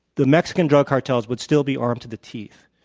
the mexican drug cartels would still be armed to the teeth.